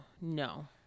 no